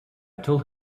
told